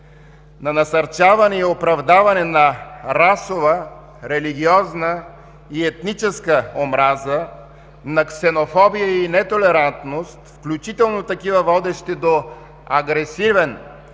на насърчаване и оправдаване на расова, религиозна и етническа омраза, на ксенофобия и нетолерантност, включително такива, водещи до агресивен